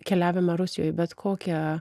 keliavimą rusijoj bet kokią